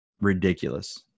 ridiculous